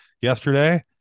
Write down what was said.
yesterday